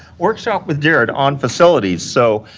workshop with jarrod on facilities, so,